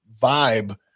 vibe